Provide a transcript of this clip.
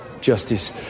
justice